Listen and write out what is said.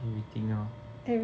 everything lor